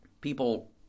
People